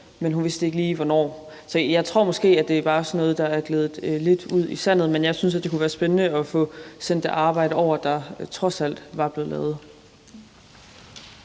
men at hun ikke lige vidste hvornår. Så jeg tror måske, at det bare er sådan noget, der er gledet lidt ud i sandet, men jeg synes, det kunne være spændende at få sendt det arbejde, der trods alt er blevet lavet,